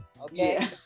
Okay